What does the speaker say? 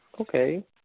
Okay